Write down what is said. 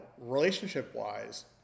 relationship-wise